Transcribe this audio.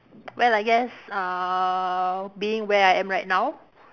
well I guess uh being where I am right now